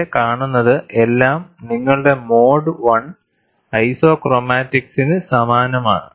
ഇവിടെ കാണുന്നത് എല്ലാം നിങ്ങളുടെ മോഡ് I ഐസോക്രോമാറ്റിക്സ്സിനു സമാനമാണ്